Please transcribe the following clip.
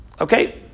okay